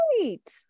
right